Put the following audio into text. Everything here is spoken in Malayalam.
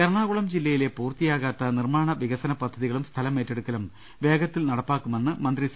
എറണാകുളം ജില്ലയിലെ പൂർത്തിയാകാത്ത നിർമ്മാണ വികസന പദ്ധതികളും സ്ഥലമേറ്റെടുക്കലും വേഗത്തിൽ നടപ്പാക്കുമെന്ന് മന്ത്രി സി